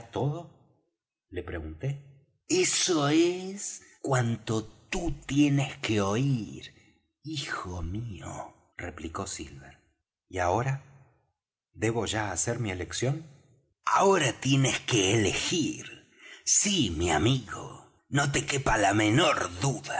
todo le pregunté eso es cuanto tú tienes que oir hijo mío replicó silver y ahora debo ya hacer mi elección ahora tienes que elegir sí mi amigo no te quepa la menor duda